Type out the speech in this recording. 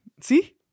See